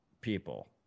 people